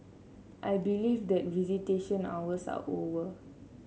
I believe that visitation hours are over